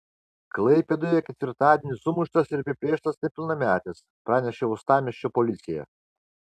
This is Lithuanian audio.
klaipėdoje ketvirtadienį sumuštas ir apiplėštas nepilnametis pranešė uostamiesčio policija